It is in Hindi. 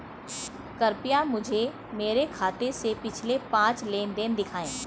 कृपया मुझे मेरे खाते से पिछले पांच लेनदेन दिखाएं